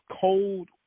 cold